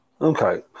okay